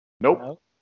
nope